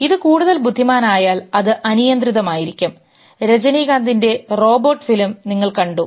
ഇത് കൂടുതൽ ബുദ്ധിമാനായാൽ അത് അനിയന്ത്രിതമായിരിക്കും രജനികാന്തിൻറെ റോബോട്ട് ഫിലിം നിങ്ങൾ കണ്ടു